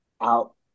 out